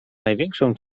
największą